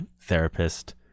therapist